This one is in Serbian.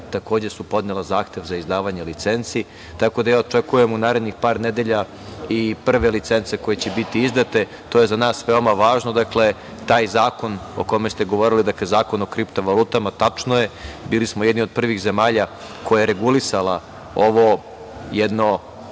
takođe su podnela zahteve za izdavanje licenci, i ja očekujem u par narednih nedelja i prve licence koje će biti izdate, a to je za nas veoma važno. Dakle, taj zakon o kome ste govorili, o kripto valutama, tačno je, bili smo jedna od prvih zemalja, koja je regulisala ovo jedno